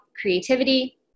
creativity